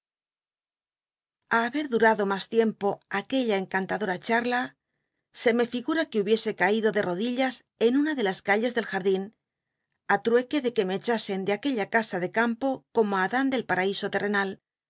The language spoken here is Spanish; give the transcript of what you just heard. haber durado mas tiempo aquella encantadora charla se me figu ra que hubiese caído de rodillas en una de las calles del jardín á trueque de que me echasen de aquella casa de campo corno ü adan del paraíso terr